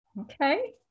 Okay